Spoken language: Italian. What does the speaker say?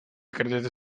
credete